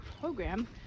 program